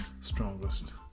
strongest